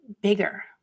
bigger